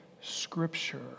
Scripture